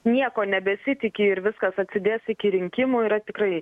nieko nebesitiki ir viskas atsidės iki rinkimų yra tikrai